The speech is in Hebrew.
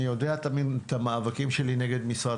אני יודע את המאבקים שלי נגד משרד